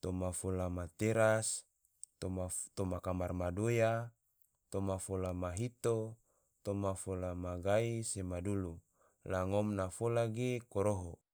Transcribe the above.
toma fola ma teras, toma kamar ma doya, toma fola ma hito, toma fola ma gai se ma dulu, la ngom na fola ge koroho,